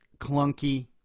clunky